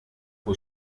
who